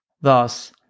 thus